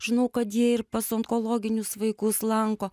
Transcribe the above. žinau kad jie ir pas onkologinius vaikus lanko